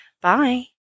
Bye